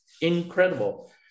incredible